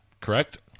correct